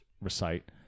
recite